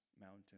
mountain